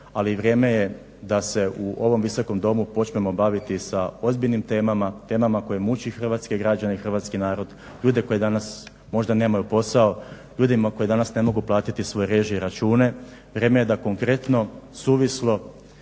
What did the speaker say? ali vrijeme je da se u ovom Visokom domu počnemo baviti sa ozbiljnim temama, temama koje muče hrvatske građane i hrvatski narod, ljude koji danas možda nemaju posao, ljudima koji danas ne mogu platiti svoje režije i račune, vrijeme da konkretno, suvislo